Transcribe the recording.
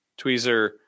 Tweezer